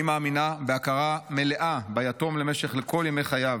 אני מאמינה בהכרה מלאה ביתום למשך כל ימי חייו,